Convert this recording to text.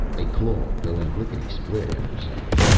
a claw, going lickety-split after something.